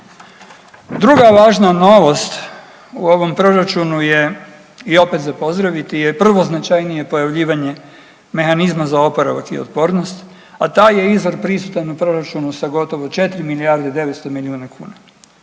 Druga važna novost u ovom proračunu je i opet za pozdraviti je prvo značajnije pojavljivanje mehanizma za oporavak i otpornost, a taj je izvor prisutan u proračunu sa gotovo 4 milijarde 900 miliona kuna.